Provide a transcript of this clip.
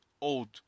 old